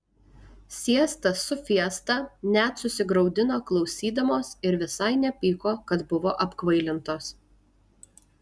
siesta su fiesta net susigraudino klausydamos ir visai nepyko kad buvo apkvailintos